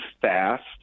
fast